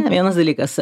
vienas dalykas